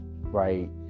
right